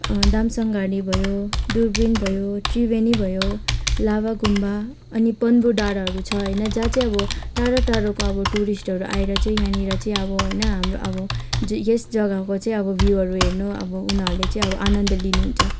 दामसाङगढी भयो दुर्पिन भयो त्रिवेणी भयो लाभा गुम्बा अनि पन्बु डाँडाहरू छ होइन जहाँ चाहिँ अब टाढा टाढाका अब टुरिस्टहरू आएर चाहिँ यहाँनिर चाहिँ अब होइन हाम्रो अब यस जग्गाको चाहिँ अब भ्यूहरू हेर्नु अब उनीहरूले चाहिँ आनन्द लिनुहुन्छ